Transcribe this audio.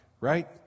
right